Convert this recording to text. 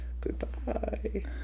goodbye